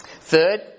Third